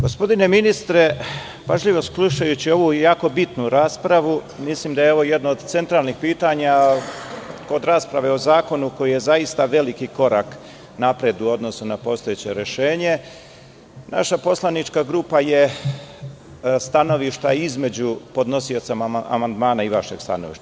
Gospodine ministre, pažljivo slušajući ovu jako bitnu raspravu, mislim da je ovo jedno od centralnih pitanja i da je zaista jedan veliki korak napred u odnosu na postojeće rešenje, naša poslanička grupa je stanovišta između podnosioca amandmana i vašeg stanovišta.